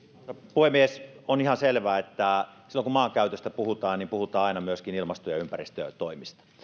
puhemies on ihan selvää että silloin kun puhutaan maankäytöstä puhutaan aina myöskin ilmasto ja ympäristötoimista